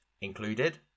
included